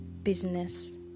Business